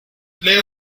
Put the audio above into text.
lee